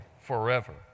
forever